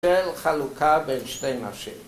‫של חלוקה בין שתי נשים.